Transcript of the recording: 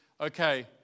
okay